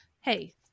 hey